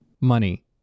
Money